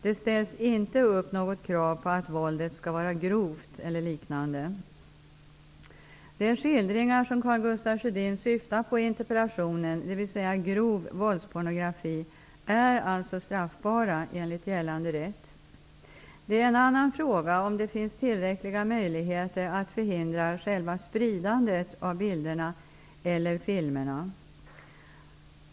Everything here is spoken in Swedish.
Det ställs inte upp något krav på att våldet skall vara grovt eller liknande. De skildringar som Karl Gustaf Sjödin syftar på i interpellationen, dvs. grov våldspornografi, är alltså straffbara enligt gällande rätt. Det är en annan fråga om det finns tillräckliga möjligheter att förhindra själva spridandet av bilderna eller filmerna.